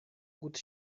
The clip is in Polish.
głód